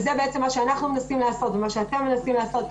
זה בעצם מה שאנחנו מנסים לעשות ומה שאתם מנסים לעשות.